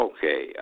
Okay